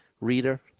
reader